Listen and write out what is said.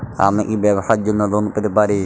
আমি কি ব্যবসার জন্য লোন পেতে পারি?